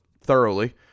thoroughly